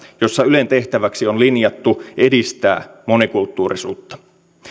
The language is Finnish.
jossa ylen tehtäväksi on linjattu edistää monikulttuurisuutta